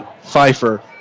Pfeiffer